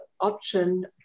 option